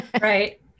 Right